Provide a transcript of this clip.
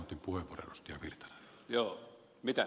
se on aina siis